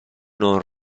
non